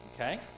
Okay